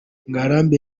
ngarambe